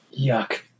Yuck